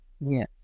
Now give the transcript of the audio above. Yes